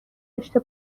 داشته